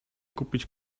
kupić